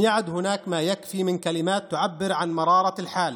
שמשאיר אחריו אלמנות ויתומים ומשפחות שמאבדות את המפרנס שלהן.